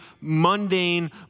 mundane